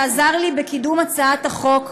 שעזר לי בקידום הצעת החוק.